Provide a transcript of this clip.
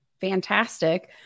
fantastic